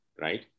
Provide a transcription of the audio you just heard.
Right